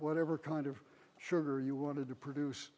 whatever kind of sugar you wanted to produce